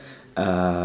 uh